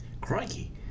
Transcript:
Crikey